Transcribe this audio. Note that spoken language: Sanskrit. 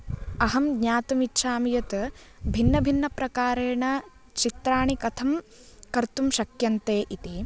अहं ज्ञातुमिच्छामि यत् भिन्नभिन्नप्रकारेण चित्राणि कथं कर्तुं शक्यन्ते इति